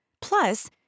Plus